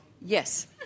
Yes